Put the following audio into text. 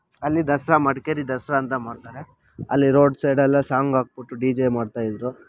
ಅಲ್ಲಿ ದಸರ ಮಡಿಕೇರಿ ದಸರ ಅಂತ ಮಾಡ್ತಾರೆ ಅಲ್ಲಿ ರೋಡ್ ಸೈಡೆಲ್ಲ ಸಾಂಗ್ ಹಾಕ್ಬಿಟ್ಟು ಡಿ ಜೆ ಮಾಡ್ತಾಯಿದ್ರು